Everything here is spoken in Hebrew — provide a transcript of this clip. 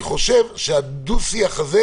אני חושב שהדו-שיח הזה,